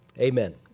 Amen